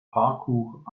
parkuhr